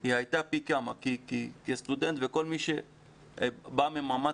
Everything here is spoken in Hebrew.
היא הייתה פי כמה כי סטודנט וכל מי שבא ממעמד